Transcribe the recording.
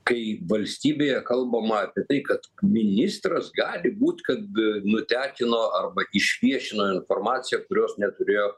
kai valstybėje kalbama apie tai kad ministras gali būti kad nutekino arba išviešino informaciją kurios neturėjo